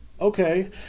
okay